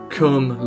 come